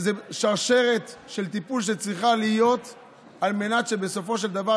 זאת שרשרת טיפול שצריך על מנת שבסופו של דבר,